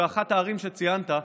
באחת הערים שציינת,